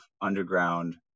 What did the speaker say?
underground